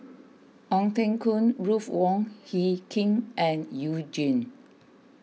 Ong Teng Koon Ruth Wong Hie King and You Jin